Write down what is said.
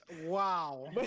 Wow